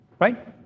right